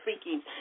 speaking